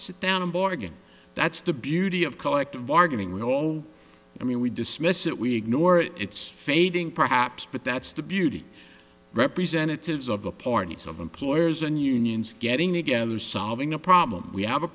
sit down and bargain that's the beauty of collective bargaining we all i mean we dismiss it we ignore it it's fading perhaps but that's the beauty representatives of the parties of employers and unions getting together solving a problem we have a